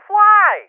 Fly